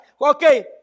Okay